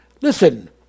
listen